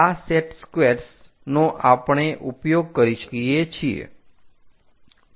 આ set squares નો આપણે ઉપયોગ કરી શકીએ છીએ